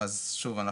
שוב,